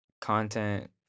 content